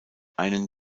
einen